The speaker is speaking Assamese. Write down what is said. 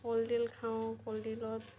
কলডিল খাওঁ কলডিলত